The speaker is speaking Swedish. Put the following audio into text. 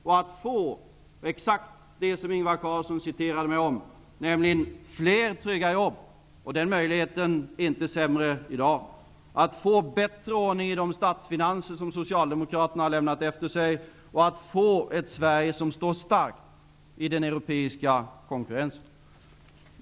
Vi får då exakt det som Ingvar Carlsson sade när han citerade mig, nämligen fler trygga jobb. Möjligheten är inte sämre i dag att få bättre ordning i de statsfinanser, som socialdemokraterna lämnade efter sig, och att få ett Sverige som står starkt i den europeiska konkurrensen.